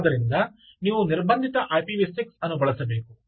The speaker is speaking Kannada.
ಆದ್ದರಿಂದ ನೀವು ನಿರ್ಬಂಧಿತ ಐಪಿವಿ 6 ಅನ್ನು ಬಳಸಬೇಕು